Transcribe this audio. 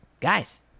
guys